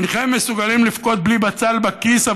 אינכם מסוגלים לבכות בלי בצל בכיס,